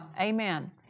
Amen